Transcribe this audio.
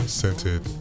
scented